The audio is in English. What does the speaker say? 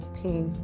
pain